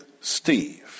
Steve